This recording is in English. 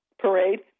parade